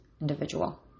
individual